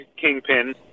kingpin